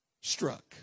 struck